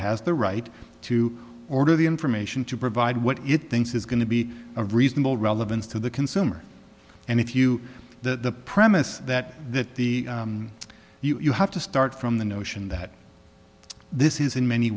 has the right to order the information to provide what it thinks is going to be a reasonable relevance to the consumer and if you the premise that that the you have to start from the notion that this is in many